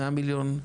זה